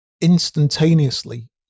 instantaneously